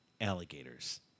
alligators